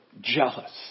jealous